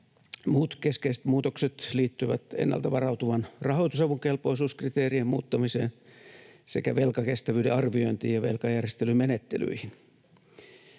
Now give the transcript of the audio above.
Muut keskeiset muutokset liittyvät ennalta varautuvan rahoitusavun kelpoisuuskriteerien muuttamiseen sekä velkakestävyyden arviointiin ja velkajärjestelymenettelyihin.